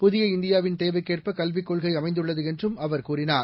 புதிய இந்தியாவின் தேவைக்கேற்ப கல்விக் கொள்கை அமைந்துள்ளது என்றும் அவர் கூறினார்